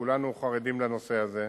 כולנו חרדים לנושא הזה,